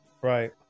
Right